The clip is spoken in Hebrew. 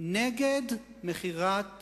נגד מכירת